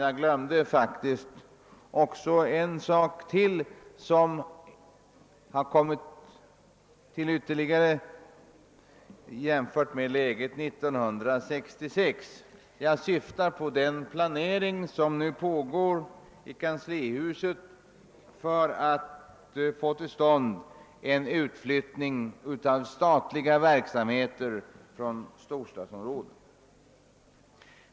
Jag glömde faktiskt att ytterligare en sak har tillkommit jämfört med läget 1966. Jag syftar på den planering som nu pågår i kanslihuset för att få till stånd en utflyttning av statlig verksamhet från storstadsområdet.